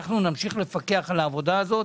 אנחנו נמשיך לפקח על העבודה הזאת.